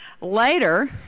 Later